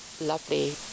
lovely